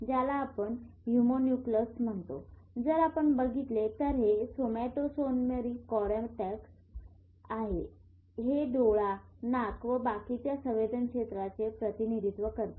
ज्याला आपण होम्युनक्यूल्स म्हणतो जर आपण बघितले तर हे सोमॅटोसेन्सोरी कॉरटॅक्स आहे हे डोळा नाक व बाकीच्या संवेदन क्षेत्राचे प्रतिनिधित्व करते